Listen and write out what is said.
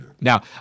Now